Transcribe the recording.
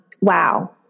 Wow